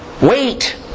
Wait